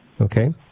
Okay